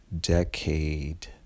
decade